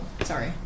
Sorry